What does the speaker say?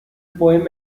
poems